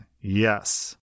yes